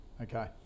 Okay